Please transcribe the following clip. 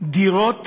דירות